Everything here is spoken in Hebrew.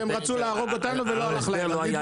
שהם רצו להרוג אותנו ולא הלך להם.